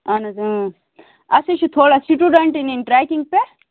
اَہن حظ اَسہِ حظ چھُ تھوڑا سِٹیوڈنٛٹ نِنۍ ٹرٛیکِنٛگ پٮ۪ٹھ